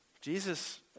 Jesus